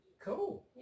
cool